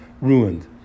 ruined